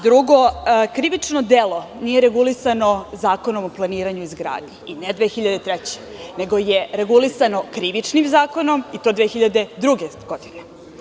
Drugo, krivično delo nije regulisano Zakonom o planiranju i izgradnji i ne 2003. godine, nego regulisano Krivičnim zakonom i to 2002. godine.